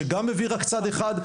שגם מביא רק צד אחד,